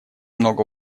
много